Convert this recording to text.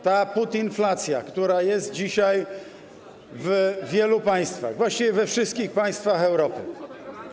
Ta putinflacja, która jest dzisiaj w wielu państwach, właściwie we wszystkich państwach Europy.